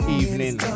evening